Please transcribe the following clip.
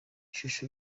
ishusho